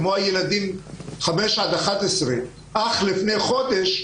כמו ילדים בני 5 עד 11 אך לפי חודש,